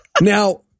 Now